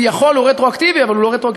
שכביכול הוא רטרואקטיבי אבל הוא לא רטרואקטיבי,